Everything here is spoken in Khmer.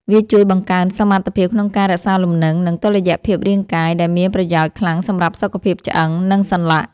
វាជួយបង្កើនសមត្ថភាពក្នុងការរក្សាលំនឹង និងតុល្យភាពរាងកាយ ដែលមានប្រយោជន៍ខ្លាំងសម្រាប់សុខភាពឆ្អឹង និងសន្លាក់។